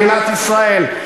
מדינת ישראל,